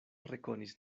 rekonis